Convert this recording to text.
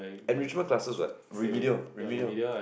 enrichment classes what remedial remedial